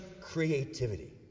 creativity